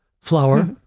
flour